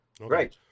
Right